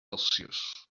celsius